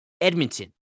Edmonton